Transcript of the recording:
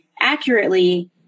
accurately